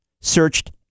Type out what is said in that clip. Searched